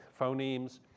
phonemes